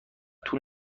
طول